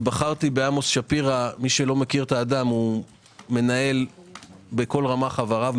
בחרנו בעמוס שפירא הוא מנהל בכל רמ"ח איבריו,